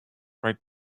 right